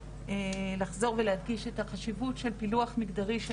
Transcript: לחזור ולהדגיש את החשיבות של פילוח מגדרי של